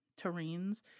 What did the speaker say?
terrains